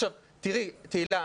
תהלה,